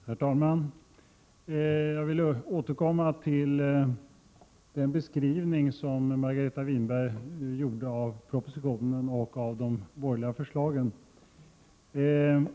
Herr talman! Jag vill återkomma till den beskrivning som Margareta Winberg gav av propositionen och de borgerliga förslagen.